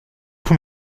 vous